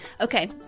okay